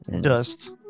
dust